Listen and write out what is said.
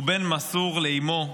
הוא בן מסור לאימו,